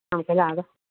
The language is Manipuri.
ꯑꯉꯥꯡꯈꯩ ꯂꯥꯛꯑꯒ